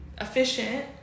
efficient